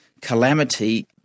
calamity